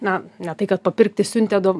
na ne tai kad papirkti siuntė do